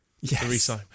Yes